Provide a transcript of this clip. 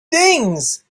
things